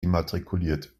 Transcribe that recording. immatrikuliert